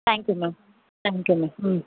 thank you ma'am thank you ma'am ம்